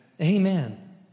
Amen